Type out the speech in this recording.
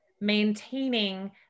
maintaining